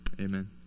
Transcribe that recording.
Amen